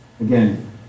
Again